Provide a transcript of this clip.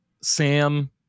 Sam